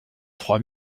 trois